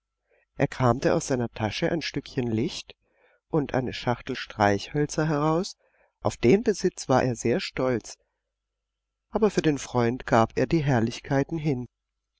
er kramte aus seiner tasche ein stückchen licht und eine schachtel streichhölzer heraus auf den besitz war er sehr stolz aber für den freund gab er die herrlichkeiten hin